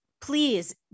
please